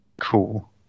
cool